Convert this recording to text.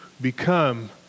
become